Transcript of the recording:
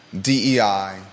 DEI